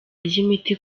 ry’imiti